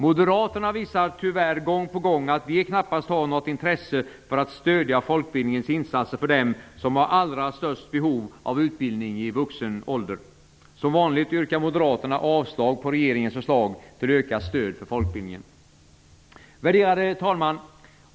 Moderaterna visar tyvärr gång på gång att de knappast har något intresse av att stödja folkbildningens insatser för dem som har allra störst behov av utbildning i vuxen ålder. Som vanligt yrkar Moderaterna avslag på regeringens förslag till ökat stöd för folkbildningen. Värderade talman!